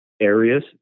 areas